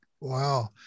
Wow